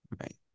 Right